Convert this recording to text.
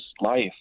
life